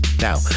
Now